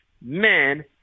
men